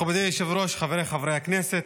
מכובדי היושב-ראש, חבריי חברי הכנסת,